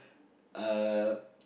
uh